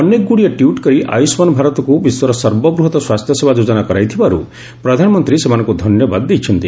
ଅନେକଗୁଡ଼ିଏ ଟ୍ୱିଟ୍ କରି ଆୟୁଷ୍ମାନ ଭାରତକୁ ବିଶ୍ୱର ସର୍ବବୃହତ ସ୍ୱାସ୍ଥ୍ୟସେବା ଯୋଜନା କରାଇଥିବାରୁ ପ୍ରଧାନମନ୍ତ୍ରୀ ସେମାନଙ୍କୁ ଧନ୍ୟବାଦ ଦେଇଛନ୍ତି